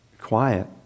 quiet